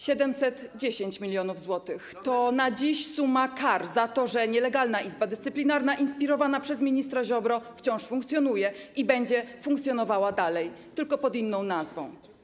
710 mln zł to na dziś suma kar za to, że nielegalna Izba Dyscyplinarna inspirowana przez ministra Ziobrę wciąż funkcjonuje i będzie funkcjonowała dalej, tylko pod inną nazwą.